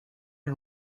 not